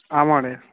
आम् महोदय